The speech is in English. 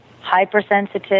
hypersensitive